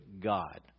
God